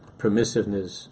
permissiveness